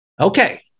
Okay